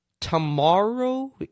tomorrow